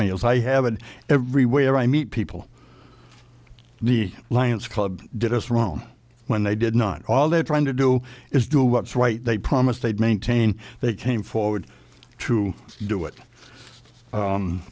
mails i have an everywhere i meet people the lions club did us wrong when they did not all they are trying to do is do what's right they promised they'd maintain they came forward to do it